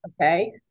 Okay